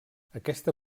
aquesta